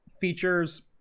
features